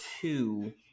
two